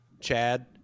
Chad